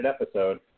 episode